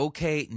Okay